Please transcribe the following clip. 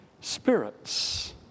Spirits